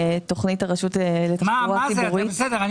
תוכנית הרשות לתחבורה ציבורית --- זה בסדר.